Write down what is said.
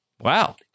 Wow